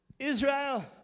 Israel